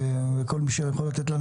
לכל מי שיכול לתת לנו,